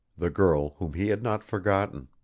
the girl whom he had not forgotten.